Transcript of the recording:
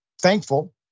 Thankful